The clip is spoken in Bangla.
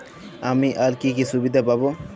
আমি আর কি কি সুবিধা পাব?